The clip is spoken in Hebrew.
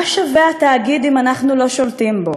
מה שווה התאגיד אם אנחנו לא שולטים בו?